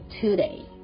today